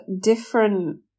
different